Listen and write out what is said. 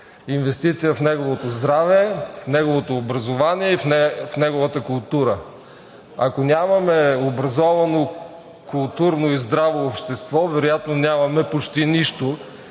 инвестиция в неговото здраве, в неговото образование и в неговата култура. Ако нямаме образовано, културно и здраво общество, вероятно нямаме почти нищо,